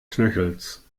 knöchels